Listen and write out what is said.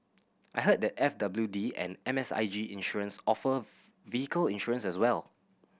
I heard that F W D and M S I G Insurance offer vehicle insurance as well